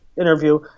interview